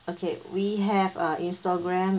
okay we have a Instagram